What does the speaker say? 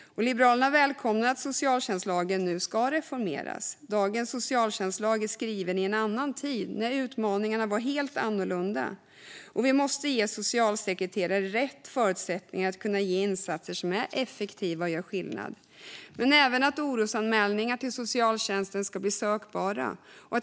Liberalerna välkomnar att socialtjänstlagen nu ska reformeras. Dagens socialtjänstlag är skriven i en annan tid när utmaningarna var helt annorlunda. Vi måste ge socialsekreterare rätt förutsättningar att göra insatser som är effektiva och gör skillnad. Orosanmälningar till socialtjänsten ska även bli sökbara.